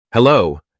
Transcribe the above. Hello